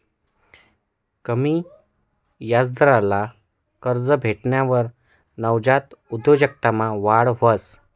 कमी याजदरवाला कर्ज भेटावर नवजात उद्योजकतामा वाढ व्हस